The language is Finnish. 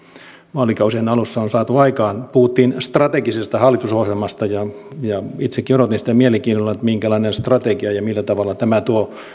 vaalikausien alussa on saatu aikaan puhuttiin strategisesta hallitusohjelmasta ja ja itsekin odotin mielenkiinnolla sitä minkälainen strategia ja ja millä tavalla tämä tuo